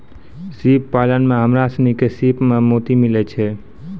सिप पालन में हमरा सिनी के सिप सें मोती मिलय छै